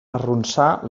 arronsar